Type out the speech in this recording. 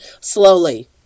slowly